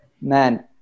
man